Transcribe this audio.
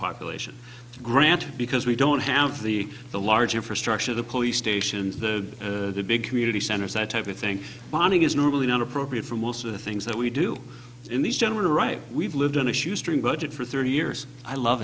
population grant because we don't have the the large infrastructure the police stations the big community centers that type of thing bonding is normally not appropriate for most of the things that we do in these general right we've lived on a shoestring budget for thirty years i love